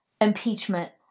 impeachment